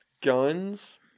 guns